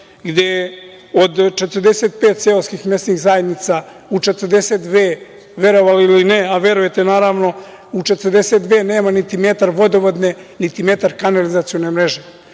gde od 45 seoskih mesnih zajednica, u 42 verovali ili ne, a verujete naravno, u 42 nema niti metar vodovodne, niti metar kanalizacione mreže.